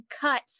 cut